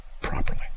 properly